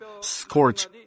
scorch